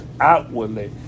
outwardly